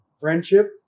friendship